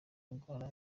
ndwara